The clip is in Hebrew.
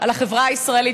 על החברה הישראלית,